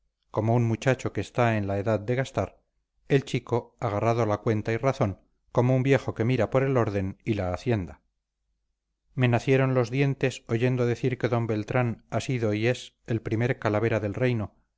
como un muchacho que está en la edad del gastar el chico agarrado a la cuenta y razón como un viejo que mira por el orden y la hacienda me nacieron los dientes oyendo decir que d beltrán ha sido y es el primer calavera del reino